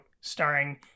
starring